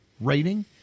rating